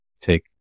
take